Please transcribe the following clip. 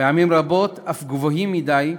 פעמים רבות אף גבוהים מדי,